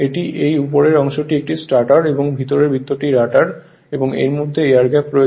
এটি এই উপরের অংশটি একটি স্টেটর এবং ভিতরে বৃত্তটি রটার এবং এর মধ্যে এয়ার গ্যাপ রয়েছে